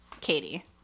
Katie